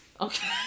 Okay